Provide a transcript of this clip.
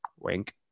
Wink